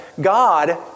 God